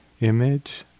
image